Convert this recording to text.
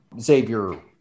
Xavier